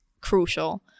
crucial